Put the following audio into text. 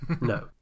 No